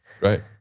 Right